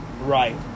Right